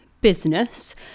business